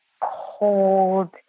cold